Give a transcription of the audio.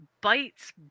bites